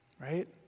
right